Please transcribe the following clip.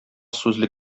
сүзле